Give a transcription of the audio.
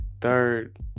Third